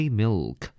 milk